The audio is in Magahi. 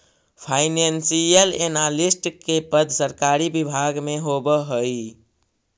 फाइनेंशियल एनालिस्ट के पद सरकारी विभाग में होवऽ हइ